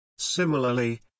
Similarly